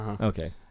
Okay